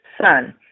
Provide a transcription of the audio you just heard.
son